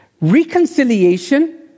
Reconciliation